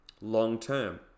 long-term